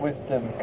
Wisdom